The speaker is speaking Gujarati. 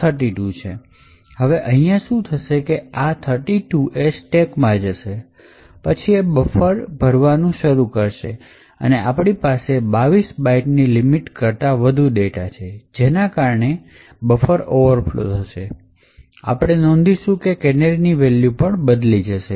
હવે અહીંયા શું થશે કે આ 32 એ stake માં જશે પછી એ બફર ભરવાનું શરૂ કરશે અને આપણી પાસે 22 બાઈટ ની લિમિટ કરતાં વધુ ડેટા છે તેના કારણે બફર ઓવરફલો થશે અને આપણે નોંધીશું કે કેનેરીની વેલ્યુ પણ બદલી જશે